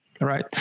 right